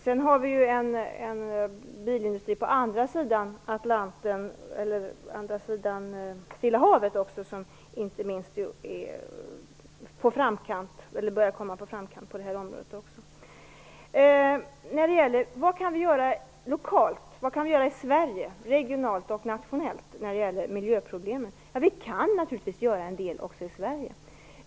Sedan har vi ju en bilindustri på andra sidan Stilla havet som också börjar ligga i framkant på det här området. Vad kan vi göra i Sverige, regionalt och nationellt, när det gäller miljöproblemen? Ja, vi kan naturligtvis göra en del också i Sverige.